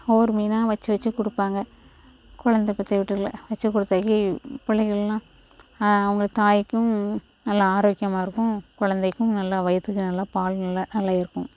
ஒவ்வொரு மீனாக வச்சி வச்சி கொடுப்பாங்க கொழந்த பெற்ற வீட்டில வச்சி கொடுத்தைக்கி பிள்ளைங்கள்லாம் அவங்க தாய்க்கும் நல்லா ஆரோக்கியமாக இருக்கும் கொழந்தைக்கும் நல்லா வயித்தில் நல்லா பால் நல்ல நல்லா இருக்கும்